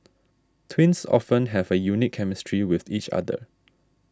twins often have a unique chemistry with each other